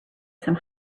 some